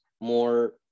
more